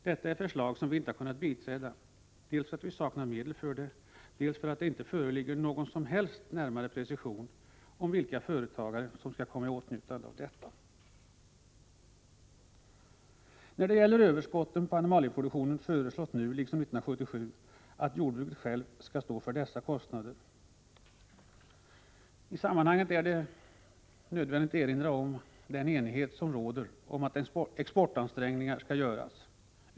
Detta är ett förslag som vi inte har kunnat biträda, dels därför att vi saknar medel för det, dels därför att det inte föreligger några som helst närmare preciseringar av vilka företagare som skall komma i åtnjutande av detta stöd. När det gäller överskottet på animalieproduktionen föreslås liksom 1977 att jordbruket självt skall stå för dessa kostnader. I sammanhanget är det nödvändigt att erinra om den enighet som råder om att exportansträngningar skall göras.